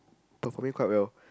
performing quite well